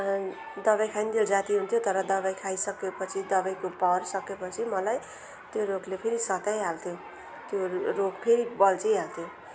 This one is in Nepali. दबाई खाउन्जेल जाती हुन्थ्यो तर दबाई खाइसकेपछि दबाईको पावर सकिएपछि मलाई त्यो रोगले फेरि सताइहाल्थ्यो त्यो रोग फेरि बल्झिहाल्थ्यो